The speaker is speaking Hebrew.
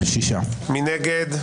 מי נגד?